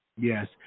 Yes